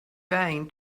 vain